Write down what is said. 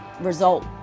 result